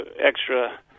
extra